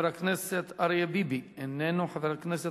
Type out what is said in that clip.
חבר הכנסת אריה ביבי, איננו.